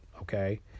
okay